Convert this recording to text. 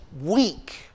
week